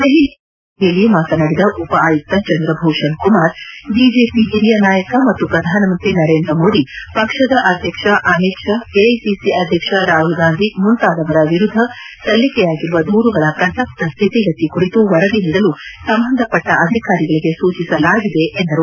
ದೆಹಲಿಯಲ್ಲಿ ನಿನ್ನೆ ಸುದ್ದಿಗೋಷ್ಠಿಯಲ್ಲಿ ಮಾತನಾಡಿದ ಉಪ ಆಯುಕ್ತ ಚಂದ್ರಭೂಷಣ್ ಕುಮಾರ್ ಬಿಜೆಪಿ ಹಿರಿಯ ನಾಯಕ ಮತ್ತು ಪ್ರಧಾನಮಂತ್ರಿ ನರೇಂದ್ರ ಮೋದಿ ಪಕ್ಷದ ಅಧ್ಯಕ್ಷ ಅಮಿತ್ ಷಾ ಎಐಸಿಸಿ ಅಧ್ಯಕ್ಷ ರಾಹುಲ್ ಗಾಂಧಿ ಮುಂತಾದವರ ವಿರುದ್ದ ಸಲ್ಲಿಕೆಯಾಗಿರುವ ದೂರುಗಳ ಪ್ರಸಕ್ತ ಸ್ಥಿತಿಗತಿ ಕುರಿತು ವರದಿ ನೀಡಲು ಸಂಬಂಧಪಟ್ಟ ಅಧಿಕಾರಿಗಳಿಗೆ ಸೂಚಿಸಲಾಗಿದೆ ಎಂದರು